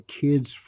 kids